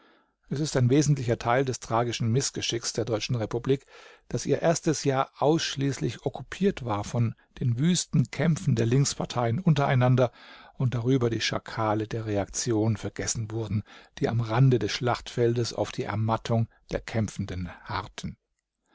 es ist ein wesentlicher teil des tragischen mißgeschicks der deutschen republik daß ihr erstes jahr ausschließlich okkupiert war von den wüsten kämpfen der linksparteien untereinander und darüber die schakale der reaktion vergessen wurden die am rande des schlachtfeldes auf die ermattung der kämpfenden harrten